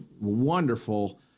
wonderful